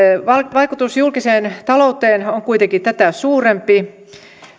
vaikutus julkiseen talou teen on kuitenkin tätä suurempi